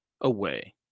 Away